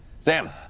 Sam